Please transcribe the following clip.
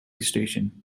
station